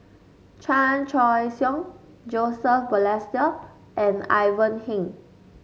Chan Choy Siong Joseph Balestier and Ivan Heng